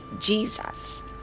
Jesus